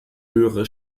höhere